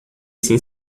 sem